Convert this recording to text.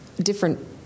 different